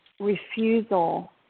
Refusal